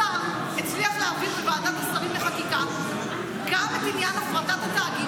השר הצליח להעביר בוועדת השרים לחקיקה גם את עניין הפרטת התאגיד,